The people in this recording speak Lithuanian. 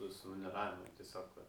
visų negalima tiesiog